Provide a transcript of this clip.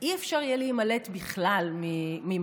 לא יהיה אפשר להימלט בכלל ממסופים,